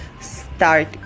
start